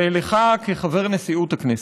ולך כחבר נשיאות הכנסת,